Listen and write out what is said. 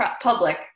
public